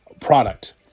product